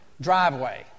driveway